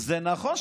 זה נכון.